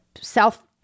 South